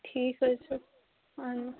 ٹھیٖک حظ چھُ اَہَن